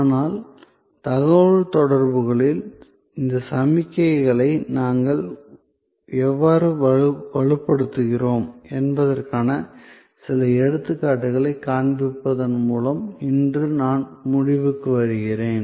ஆனால் தகவல்தொடர்புகளில் இந்த சமிக்ஞைகளை நாங்கள் எவ்வாறு வலுப்படுத்துகிறோம் என்பதற்கான சில எடுத்துக்காட்டுகளைக் காண்பிப்பதன் மூலம் இன்று நான் முடிவுக்கு வருகிறேன்